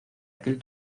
aquel